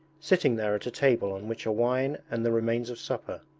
sitting there at a table on which are wine and the remains of supper.